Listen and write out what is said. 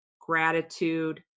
gratitude